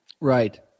right